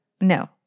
no